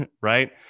right